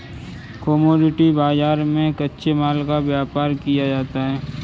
commodity बाजार में कच्चे माल का व्यापार किया जाता है